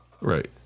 Right